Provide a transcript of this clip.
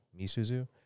misuzu